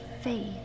faith